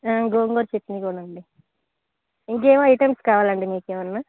గోంగూర chutney కూడా అండి ఇంకేం ఐటమ్స్ కావాలండి మీకు ఏమన్నా